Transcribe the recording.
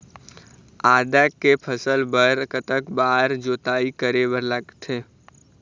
आदा के फसल बर कतक बार जोताई करे बर लगथे?